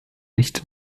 nicht